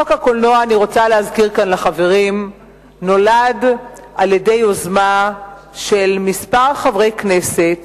אני רוצה להזכיר כאן לחברים שחוק הקולנוע נולד מיוזמה של כמה חברי הכנסת